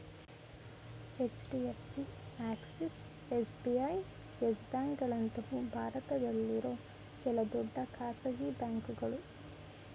HDFC, Axis, SBI, Yes ಬ್ಯಾಂಕ್ಗಳಂತವು ಭಾರತದಲ್ಲಿರೋ ಕೆಲ ದೊಡ್ಡ ಖಾಸಗಿ ಬ್ಯಾಂಕುಗಳು